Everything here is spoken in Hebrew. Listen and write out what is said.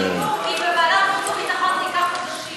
חינוך,